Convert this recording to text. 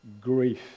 grief